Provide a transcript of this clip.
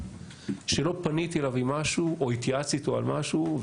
שלא פניתי אליו עם משהו או התייעצתי איתו על משהו,